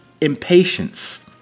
impatience